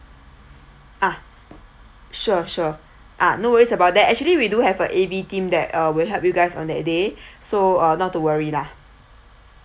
ah sure sure ah no worries about that actually we do have a A_V team that uh will help you guys on that day so uh not to worry lah